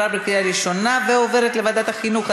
לוועדת החינוך,